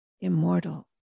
immortal